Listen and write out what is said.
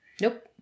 nope